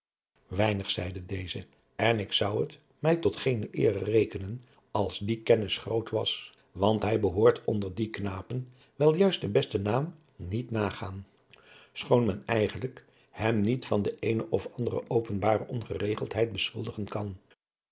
weinig zeide deze en ik zou het mij tot geene eere rekenen als die kennis groot was want hij behoort onder die knapen welken juist de beste naam nier nagaat schoon men eigenlijk hem niet van de eene of andere openbare ongeregeldheid beschuldigen kan